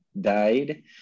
died